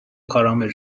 کارامل